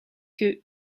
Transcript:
que